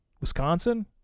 Wisconsin